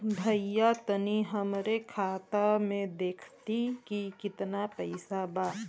भईया तनि हमरे खाता में देखती की कितना पइसा बा?